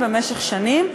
במשך שנים,